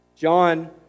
John